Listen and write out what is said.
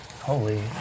Holy